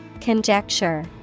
Conjecture